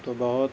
تو بہت